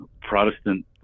Protestant